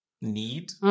need